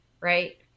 Right